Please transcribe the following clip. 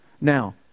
Now